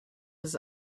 his